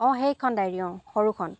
অঁ সেইখন ডায়েৰি অঁ সৰুখন